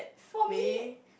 for me